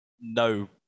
No